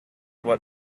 what